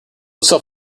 self